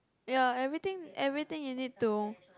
ya everything everything you need to